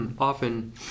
often